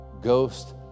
ghost